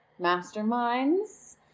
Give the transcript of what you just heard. masterminds